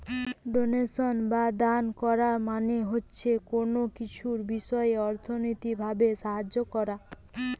donation বা দান কোরা মানে হচ্ছে কুনো কিছুর বিষয় অর্থনৈতিক ভাবে সাহায্য কোরা